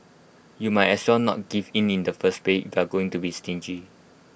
you might as well not give in in the first place if you're going to be stingy